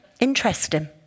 Interesting